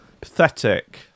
Pathetic